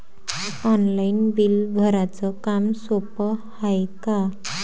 Online bill भराच काम सोपं हाय का?